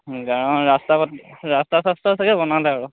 গাঁৱৰ ৰাস্তা বা ৰাস্তা চাষ্টা চাগে বনালে আৰু